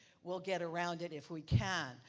will get around it, if we can.